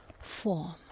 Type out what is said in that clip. form